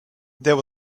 there